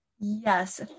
Yes